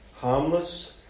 harmless